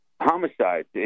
homicides